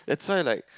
that's why like